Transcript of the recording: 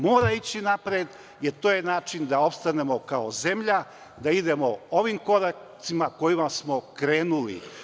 Mora ići napred, jer to je način da opstanemo kao zemlja, da idemo ovim koracima kojima smo krenuli.